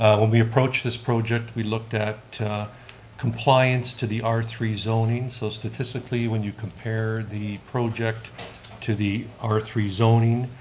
when we approached this project, we looked at compliance to the r three zoning. so statistically, when you compare the project to the r three zoning,